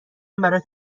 برات